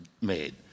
made